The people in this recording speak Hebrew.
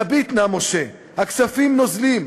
תביט נא משה / הכספים נוזלים,